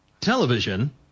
Television